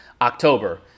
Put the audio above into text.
october